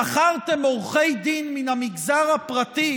שכרתם עורכי דין מן המגזר הפרטי